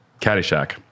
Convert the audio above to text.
Caddyshack